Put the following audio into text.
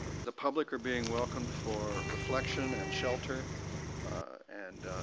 the public are being welcomed for reflection and shelter and